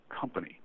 company